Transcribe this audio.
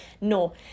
No